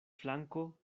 flanko